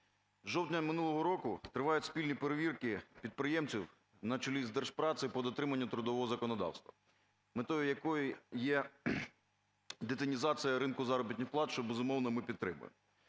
жовтня минулого року тривають спільні перевірки підприємців на чолі з Держпрацею по дотриманню трудового законодавства, метою якої є детінізація ринку заробітних плат, що, безумовно, ми підтримуємо.